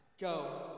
Go